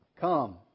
come